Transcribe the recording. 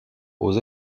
aux